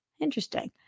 Interesting